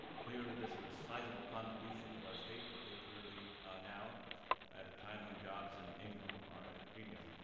clearly this is a sizable contribution to our state, particularly now at a time when jobs and income are at a premium.